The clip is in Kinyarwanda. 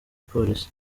polisi